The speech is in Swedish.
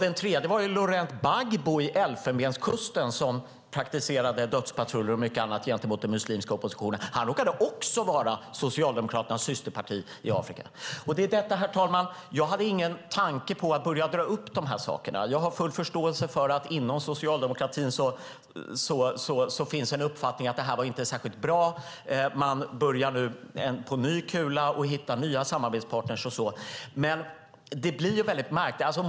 Den tredje var Laurent Gbagbo i Elfenbenskusten, som praktiserade dödspatruller och mycket annat gentemot den muslimska oppositionen. Hans parti råkade också vara Socialdemokraternas systerparti i Afrika. Herr talman! Jag hade ingen tanke på att börja dra upp de här sakerna. Jag har full förståelse för att det inom socialdemokratin finns en uppfattning om att detta inte var särskilt bra. Man börjar nu på ny kula och hittar nya samarbetspartner. Men det blir väldigt märkligt.